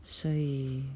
所以